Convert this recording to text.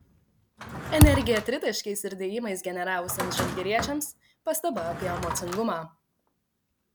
energiją tritaškiais ir dėjimais generavusiems žalgiriečiams pastaba apie emocingumą